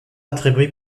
attribué